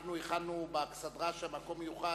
אנחנו הכנו באכסדרה שם מקום מיוחד.